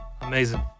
Amazing